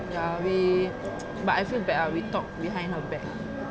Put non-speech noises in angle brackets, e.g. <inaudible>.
ya we <noise> but I feel bad lah we talk behind her back